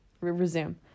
resume